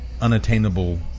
unattainable